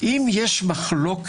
אם יש מחלוקת